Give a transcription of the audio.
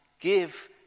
Give